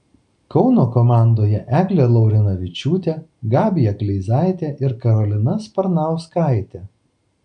kauno komandoje eglė laurinavičiūtė gabija kleizaitė ir karolina sparnauskaitė